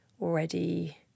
already